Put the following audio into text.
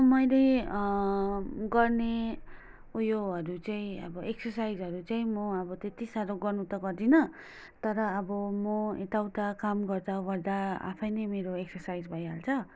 मैले गर्ने उयोहरू चाहिँ अब एक्ससाइजहरू चाहिँ म अब त्यति साह्रो गर्नु त गर्दिनँ तर अब म यताउता काम गर्दा गर्दा आफै नै मेरो एक्ससाइज भइहाल्छ